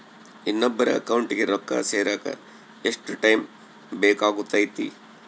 ಇನ್ನೊಬ್ಬರ ಅಕೌಂಟಿಗೆ ರೊಕ್ಕ ಸೇರಕ ಎಷ್ಟು ಟೈಮ್ ಬೇಕಾಗುತೈತಿ?